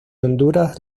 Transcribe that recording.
honduras